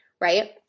right